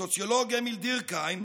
הסוציולוג אמיל דורקהיים,